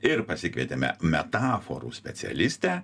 ir pasikvietėme metaforų specialistę